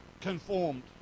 conformed